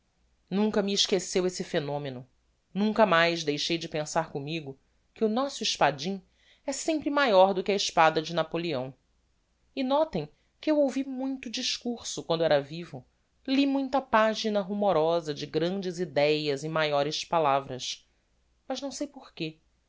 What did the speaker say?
nunca me esqueceu esse phenomeno nunca mais deixei de pensar commigo que o nosso espadim é sempre maior do que a espada de napoleão e notem que eu ouvi muito discurso quando era vivo li muita pagina rumorosa de grandes idéas e maiores palavras mas não sei porque